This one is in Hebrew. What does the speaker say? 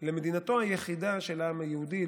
למדינתו היחידה של העם היהודי,